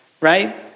right